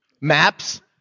maps